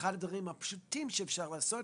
זה אחד הדברים הפשוטים שאפשר לעשות.